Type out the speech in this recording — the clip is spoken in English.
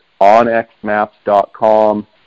onxmaps.com